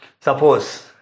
Suppose